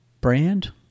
brand